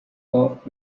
off